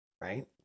right